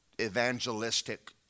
evangelistic